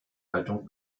haltung